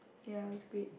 ya it was great